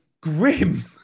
grim